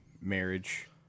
marriage